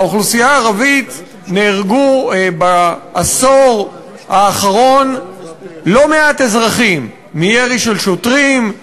באוכלוסייה הערבית נהרגו בעשור האחרון לא מעט אזרחים מירי של שוטרים,